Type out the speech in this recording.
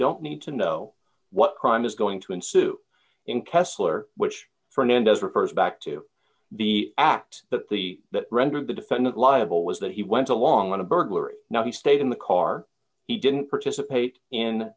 don't need to know what crime is going to ensue in kessler which fernandez refers back to the act that the that rendered the defendant liable was that he went along with the burglary now he stayed in the car he didn't participate in